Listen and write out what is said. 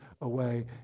away